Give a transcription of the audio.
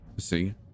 See